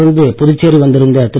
தொடர்ந்து புதுச்சேரி வந்திருந்த திரு